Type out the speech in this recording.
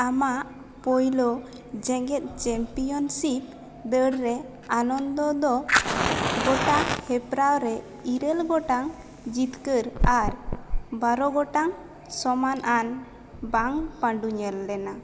ᱟᱢᱟᱜ ᱯᱳᱭᱞᱳ ᱡᱮᱜᱮᱫ ᱪᱮᱢᱯᱤᱭᱟᱱᱥᱤᱯ ᱫᱟᱹᱲᱨᱮ ᱟᱱᱚᱱᱫᱚ ᱫᱚ ᱜᱚᱴᱟ ᱦᱮᱯᱨᱟᱣᱨᱮ ᱤᱨᱟᱹᱞ ᱜᱚᱴᱟᱝ ᱡᱤᱛᱠᱟᱹᱨ ᱟᱨ ᱵᱟᱨᱚ ᱜᱚᱴᱟᱝ ᱥᱚᱢᱟᱱᱼᱟᱱ ᱵᱟᱝ ᱯᱟᱺᱰᱩ ᱧᱮᱞ ᱞᱮᱱᱟ